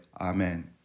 Amen